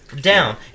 down